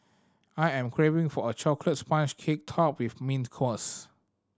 I am craving for a chocolate sponge cake topped with mint cause